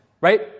right